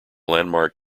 landmark